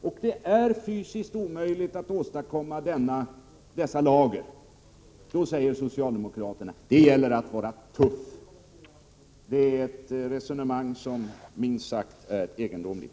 Och det är fysiskt omöjligt att åstadkomma dessa lager. Då säger socialdemokraterna att det gäller att vara tuff. Det är ett resonemang som är minst sagt egendomligt.